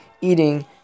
eating